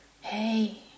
Hey